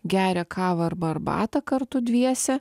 geria kavą arba arbatą kartu dviese